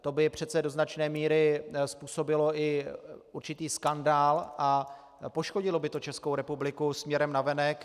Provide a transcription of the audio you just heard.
To by přece do značné míry způsobilo i určitý skandál a poškodilo by to Českou republiku směrem navenek.